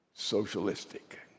Socialistic